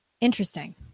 interesting